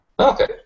Okay